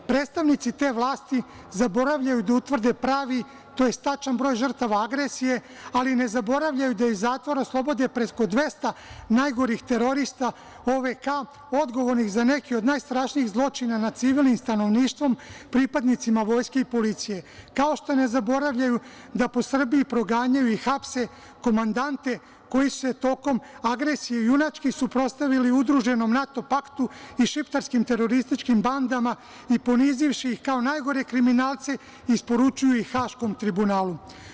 Predstavnici te vlasti zaboravljaju da utvrde pravi tj. tačan broj žrtava NATO agresije, ali ne zaboravljaju da iz zatvora oslobode preko 200 najgorih terorista OVK odgovornih za neke od najstrašnijih zločina nad civilnim stanovništvom, pripadnicima Vojske i policije, kao što ne zaboravljaju da po Srbiji proganjaju i hapse komandante koji su se tokom agresije junački suprotstavljali udruženom NATO paktu i šiptarskim terorističkim bandama i ponizivši ih kao najgore kriminalce i isporučuju ih Haškom tribunalu.